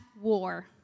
war